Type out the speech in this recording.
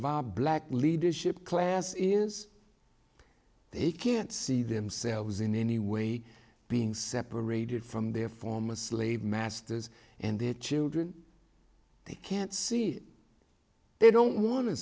our black leadership class is he can't see themselves in any way being separated from their former slave masters and their children they can't see they don't wan